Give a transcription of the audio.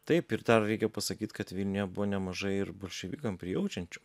taip ir dar reikia pasakyt kad vilniuje buvo nemažai ir bolševikam prijaučiančių